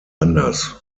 anders